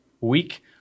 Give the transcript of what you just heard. week